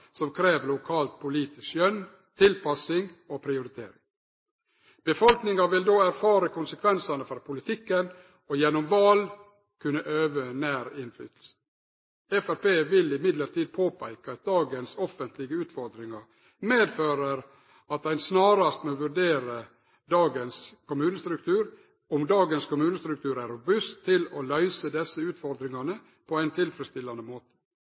som krev lokalt politisk skjønn, tilpassing og prioritering. Befolkninga vil då erfare konsekvensane av politikken og gjennom val kunne øve nær innflytelse. Framstegspartiet vil likevel påpeike at dagens offentlege utfordringar medfører at ein snarast må vurdere om dagens kommunestruktur er robust nok til å løyse desse utfordringane på ein tilfredsstillande